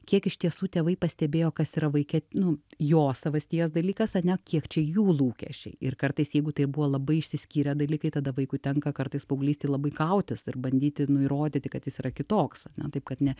kiek iš tiesų tėvai pastebėjo kas yra vaike nu jo savasties dalykas ane kiek čia jų lūkesčiai ir kartais jeigu tai ir buvo labai išsiskyrę dalykai tada vaikui tenka kartais paauglystėj labai kautis ir bandyti nu įrodyti kad jis yra kitoks na taip kad ne